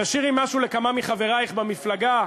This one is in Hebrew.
תשאירי משהו לכמה מחברייך במפלגה,